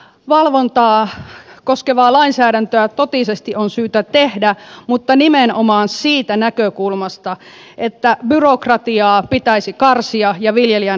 valvontaa koskevaa lainsäädäntöä totisesti on syytä tehdä mutta nimenomaan siitä näkökulmasta että byrokratiaa pitäisi karsia ja viljelijän oikeusturvaa parantaa